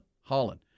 Holland